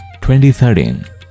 2013